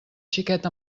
xiquet